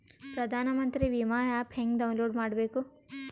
ಪ್ರಧಾನಮಂತ್ರಿ ವಿಮಾ ಆ್ಯಪ್ ಹೆಂಗ ಡೌನ್ಲೋಡ್ ಮಾಡಬೇಕು?